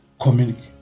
communicate